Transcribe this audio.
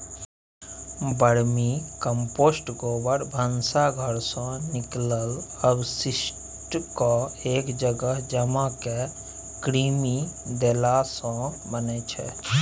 vermicompost गोबर, भनसा घरसँ निकलल अवशिष्टकेँ एक जगह जमा कए कृमि देलासँ बनै छै